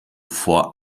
vor